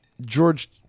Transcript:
George